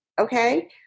Okay